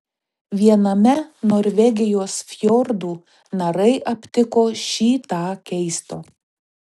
viename norvegijos fjordų narai aptiko šį tą keisto